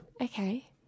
Okay